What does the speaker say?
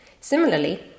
Similarly